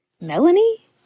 Melanie